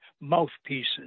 mouthpieces